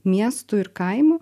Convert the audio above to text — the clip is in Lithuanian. miestų ir kaimų